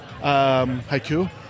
Haiku